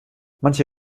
manche